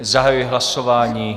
Zahajuji hlasování.